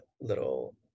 little